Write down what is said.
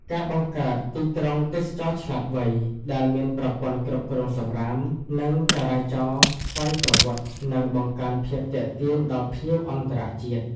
ការបង្កើត "ទីក្រុងទេសចរណ៍ឆ្លាតវៃ" ដែលមានប្រព័ន្ធគ្រប់គ្រងសំរាម និងចរាចរណ៍ដោយស្វ័យប្រវត្តិ នឹងបង្កើនភាពទាក់ទាញដល់ភ្ញៀវអន្តរជាតិ។